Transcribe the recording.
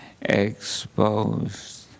exposed